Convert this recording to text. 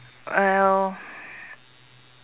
uh